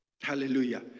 Hallelujah